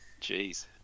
Jeez